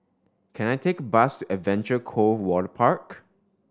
can I take a bus Adventure Cove Waterpark